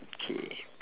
K